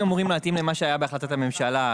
אמורים להתאים למה שהיה בהחלטת הממשלה.